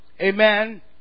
Amen